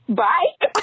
bye